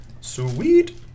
Sweet